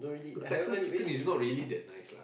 Texas chicken is not really that nice lah